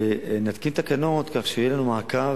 נתקין תקנות כך שיהיה לנו באמת